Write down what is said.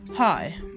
Hi